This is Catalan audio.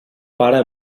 pare